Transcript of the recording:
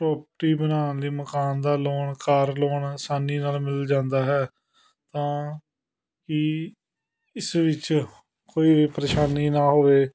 ਕੋਠੀ ਬਣਾਉਣ ਲਈ ਮਕਾਨ ਦਾ ਲੋਨ ਕਾਰ ਲੋਨ ਆਸਾਨੀ ਨਾਲ਼ ਮਿਲ ਜਾਂਦਾ ਹੈ ਤਾਂ ਕਿ ਇਸ ਵਿੱਚ ਕੋਈ ਵੀ ਪਰੇਸ਼ਾਨੀ ਨਾ ਹੋਵੇ